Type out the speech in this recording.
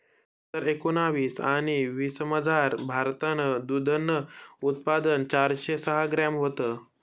दोन हजार एकोणाविस आणि वीसमझार, भारतनं दूधनं उत्पादन चारशे सहा ग्रॅम व्हतं